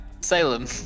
Salem